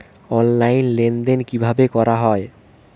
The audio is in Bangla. অনলাইন লেনদেন কিভাবে করা হয়?